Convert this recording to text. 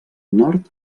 nord